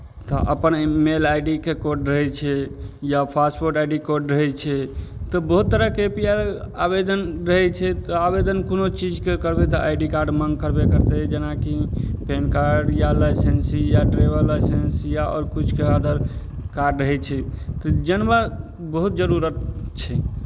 तऽ अपन email I D के कोड रहै छै या फासपोर्ट आई डी कोड रहै छै तऽ बहुत तरहके ए पी आई आवेदन रहै छै तऽ आवेदन कोनो चीजके करबै तऽ आई डी कार्ड माँग करबे करतै जेनाकि पैन कार्ड या लाइसेंसी या ड्राईवर लाइसेंस या आओर किछुके अदर कार्ड रहै छै तऽ जनबा बहुत जरूरत छै